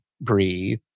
breathe